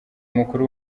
mukuru